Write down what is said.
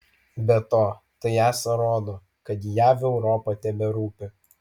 be to tai esą rodo kad jav europa teberūpi